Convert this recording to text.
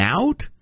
out